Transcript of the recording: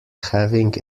having